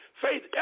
faith